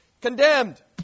Condemned